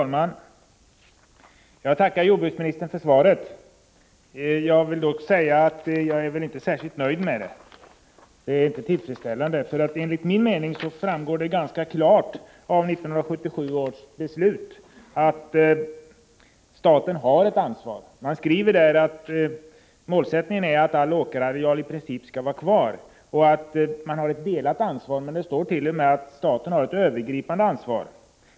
Fru talman! Jag tackar jordbruksministern för svaret. Jag vill dock säga att jag inte är särskilt nöjd med svaret — det är inte tillfredsställande. Enligt min mening framgår det ganska klart av 1977 års beslut att staten har ett ansvar. Det heter i beslutet att målsättningen är att all åkerareal i princip skall vara kvar och att det föreligger ett delat ansvar; det står t.o.m. att staten har ett övergripande ansvar.